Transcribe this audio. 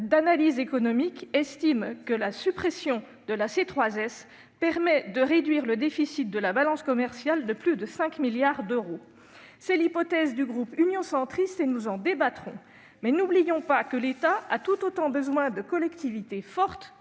d'analyse économique estime que la suppression de la C3S permettrait de réduire le déficit de la balance commerciale de plus de 5 milliards d'euros. Telle est aussi l'hypothèse du groupe Union Centriste, et nous en débattrons. Mais n'oublions pas que l'État a tout autant besoin de collectivités fortes